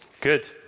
Good